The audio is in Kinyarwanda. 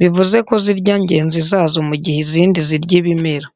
bivuze ko zirya ngenzi zazo mu gihe izindi zirya ibimera.